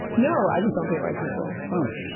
no. i just don't hate white people. oh.